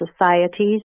societies